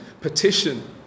petition